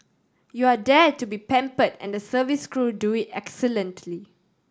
you are there to be pamper and the service crew do it excellently